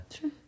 sure